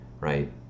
right